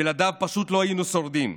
שבלעדיו פשוט לא היינו שורדים,